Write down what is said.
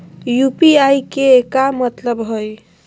UPI के का मतलब हई?